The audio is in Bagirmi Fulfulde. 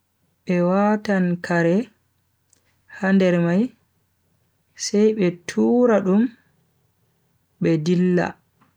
Be watan kaare ha nder mai sai be tuura dum be dilla.